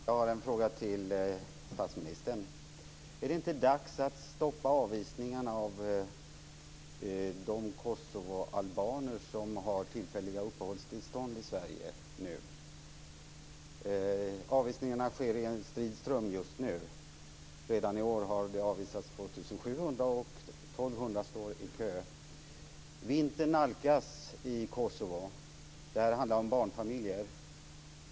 Fru talman! Jag har en fråga till statsministern. Är det inte dags att stoppa avvisningarna av de kosovoalbaner som har tillfälliga uppehållstillstånd i Sverige? Avvisningarna sker nu i en strid ström. Redan i år har 2 700 avvisats, och 1 200 står i kö. Vintern nalkas i Kosovo. Det här handlar om barnfamiljer.